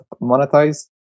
monetize